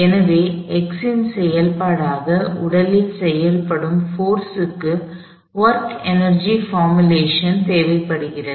எனவே x இன் செயல்பாடாக உடலில் செயல்படும் போர்ஸ் க்கு ஒர்க் எனர்ஜி போர்முலேஷன் தேவைப்படுகிறது